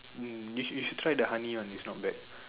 mm you should you should try the honey one it's not bad